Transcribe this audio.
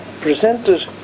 presented